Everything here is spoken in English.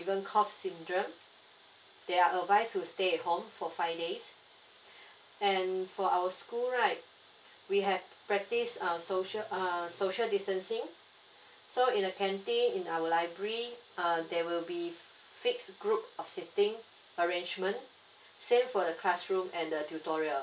even cough symptom they are advised to stay at home for five days and for our school right we have practice err social err social distancing so in the canteen in our library err there will be fixed group of seating arrangement same for the classroom and the tutorial